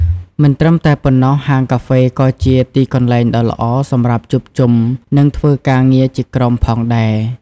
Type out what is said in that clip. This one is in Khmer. មិនត្រឹមតែប៉ុណ្ណោះ ហាងកាហ្វេក៏ជា ទីកន្លែងដ៏ល្អសម្រាប់ជួបជុំ និងធ្វើការងារជាក្រុម ផងដែរ។